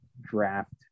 draft